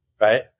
right